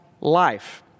life